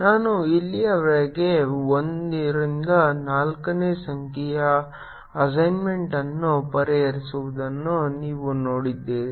ನಾನು ಇಲ್ಲಿಯವರೆಗೆ ಒಂದರಿಂದ ನಾಲ್ಕನೇ ಸಂಖ್ಯೆಯ ಅಸೈನ್ಮೆಂಟ್ ಅನ್ನು ಪರಿಹರಿಸುವುದನ್ನು ನೀವು ನೋಡಿದ್ದೀರಿ